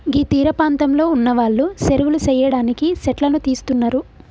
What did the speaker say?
గీ తీరపాంతంలో ఉన్నవాళ్లు సెరువులు సెయ్యడానికి సెట్లను తీస్తున్నరు